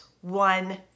one